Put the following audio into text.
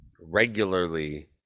regularly